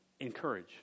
encourage